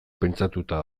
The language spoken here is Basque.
pentsatuta